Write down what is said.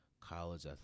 college